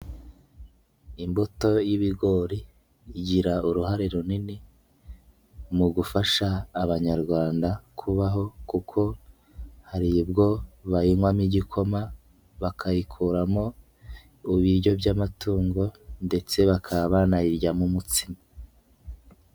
Imbuto y'ibigori igira uruhare runini mu gufasha abanyarwanda kubaho kuko hari ubwo bayinywamo igikoma bakayikuramo ibiryo by'amatungo ndetse bakaba banayiryamo umutsima.